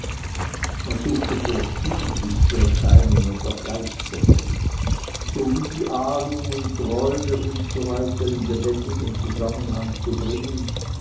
man suchte vorzüglich die erscheinungen der geisterwelt sowie die ahnungen träume usw in lebendigen zusammenhang zu bringen